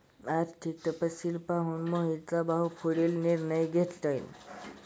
आर्थिक तपशील पाहून मोहितचा भाऊ पुढील निर्णय घेईल